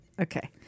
okay